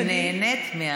והיא נהנית,